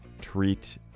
treat